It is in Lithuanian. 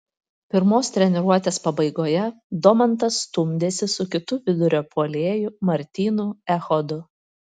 pirmos treniruotės pabaigoje domantas stumdėsi su kitu vidurio puolėju martynu echodu